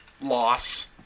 loss